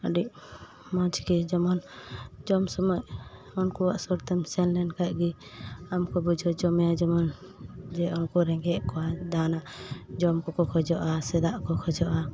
ᱟᱹᱰᱤ ᱢᱚᱸᱡᱽᱜᱮ ᱡᱮᱢᱚᱱ ᱡᱚᱢ ᱥᱩᱢᱟᱹᱭ ᱩᱱᱠᱩᱣᱟᱜ ᱥᱩᱨᱛᱮᱢ ᱥᱮᱱ ᱞᱮᱱᱠᱷᱟᱡ ᱜᱮ ᱟᱢ ᱠᱚ ᱵᱩᱡᱷᱟᱹᱣ ᱪᱚ ᱢᱮᱭᱟ ᱡᱮᱢᱚᱱ ᱡᱮ ᱩᱝᱠᱩ ᱨᱮᱸᱜᱮᱡ ᱠᱚᱣᱟ ᱫᱟᱱᱟᱜ ᱡᱚᱢ ᱠᱚᱠᱚ ᱠᱷᱚᱡᱚᱜᱼᱟ ᱥᱮ ᱫᱟᱜ ᱠᱚ ᱠᱷᱚᱡᱚᱜᱼᱟ